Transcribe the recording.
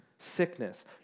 sickness